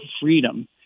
freedom